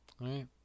Right